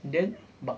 then but